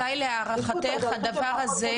מתי להערכתך הדבר הזה